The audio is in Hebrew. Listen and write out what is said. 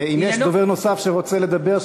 אם יש דובר נוסף שרוצה לדבר,